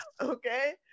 okay